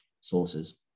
sources